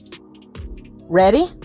Ready